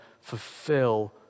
fulfill